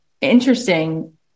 interesting